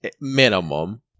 minimum